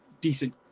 decent